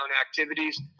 Activities